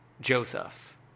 Joseph